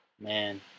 Man